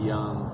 Young